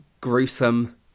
gruesome